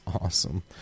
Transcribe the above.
awesome